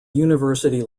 university